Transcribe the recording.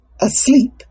asleep